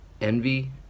envy